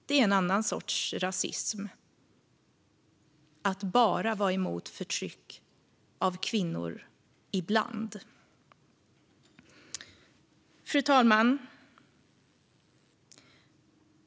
Det är en annan sorts rasism: att bara vara emot förtryck av kvinnor ibland. Tydligare krav på fristående förskolor, skolor och fritidshem med konfessionell inriktning Fru talman!